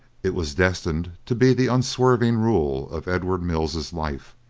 it was destined to be the unswerving rule of edward mills's life.